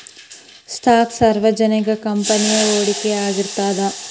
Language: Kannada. ಸ್ಟಾಕ್ ಸಾರ್ವಜನಿಕ ಕಂಪನಿಯಾಗ ಹೂಡಿಕೆಯಾಗಿರ್ತದ